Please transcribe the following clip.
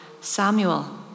Samuel